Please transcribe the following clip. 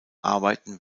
arbeiten